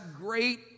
great